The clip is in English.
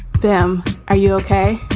them are you ok,